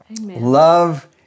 Love